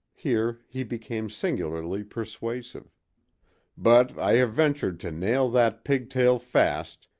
here he became singularly persuasive but i have ventured to nail that pigtail fast,